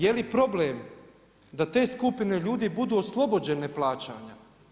Je li problem da te skupine ljudi budu oslobođene plaćanja.